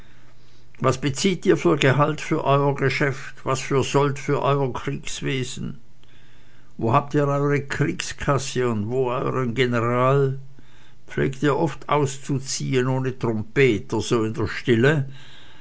was bezieht ihr für gehalt für euer geschäft was für sold für euer kriegswesen wo habt ihr eure kriegskasse und wo euren general pflegt ihr oft auszuziehen ohne trompeter so in der stille